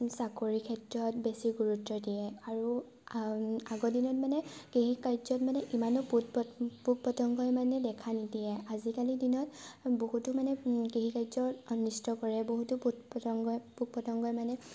চাকৰি ক্ষেত্ৰত বেছি গুৰুত্ব দিয়ে আৰু আগৰ দিনত মানে কৃষি কাৰ্যত মানে ইমানো পোক প পোক পতংগই মানে দেখা নিদিয়ে আজিকালি দিনত বহুতো মানে কৃষি কাৰ্য অনিষ্ট কৰে বহুতো পোক পতংগই পোক পতংগই মানে